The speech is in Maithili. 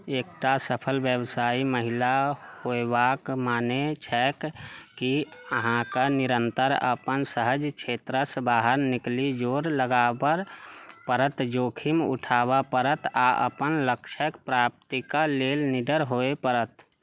एकटा सफल व्यवसायी महिला होएबाक माने छैक कि अहाँकेँ निरंतर अपन सहज क्षेत्रसँ बाहर निकलि जोर लगबऽ पड़त जोखिम उठबऽ पड़त आ अपन लक्ष्यक प्राप्ति कऽ लेल निडर होए पड़त